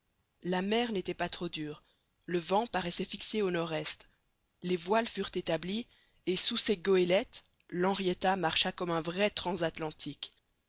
la mer n'était pas trop dure le vent paraissait fixé au nord-est les voiles furent établies et sous ses goélettes l'henrietta marcha comme un vrai transatlantique